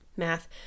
math